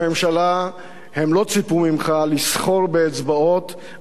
הם לא ציפו ממך לסחור באצבעות על מנת להכשיר את ההשתמטות,